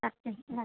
আচ্ছা রাখছি